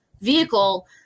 vehicle